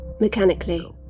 mechanically